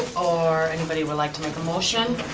or anybody would like to make a motion?